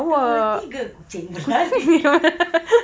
dua tiga kucing berlari